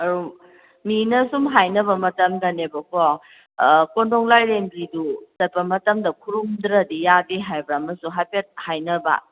ꯑꯗꯨꯝ ꯃꯤꯅ ꯁꯨꯝ ꯍꯥꯏꯅꯕ ꯃꯇꯝꯗꯅꯦꯕꯀꯣ ꯀꯣꯟꯗꯣꯡ ꯂꯥꯏꯔꯦꯝꯕꯤꯗꯨ ꯆꯠꯄ ꯃꯇꯝꯗ ꯈꯨꯔꯨꯝꯗ꯭ꯔꯗꯤ ꯌꯥꯗꯦ ꯍꯥꯏꯕ ꯑꯃꯁꯨ ꯍꯥꯏꯐꯦꯠ ꯍꯥꯏꯅꯕ